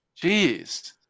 Jeez